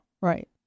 Right